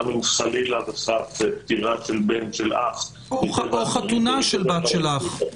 גם אם חלילה וחס פטירה של בן של אח --- או חתונה של בת של אח.